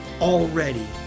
already